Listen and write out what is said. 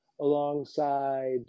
alongside